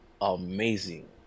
amazing